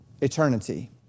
eternity